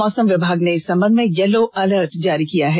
मौसम विभाग ने इस संबंध में येलो अलर्ट जारी किया है